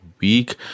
week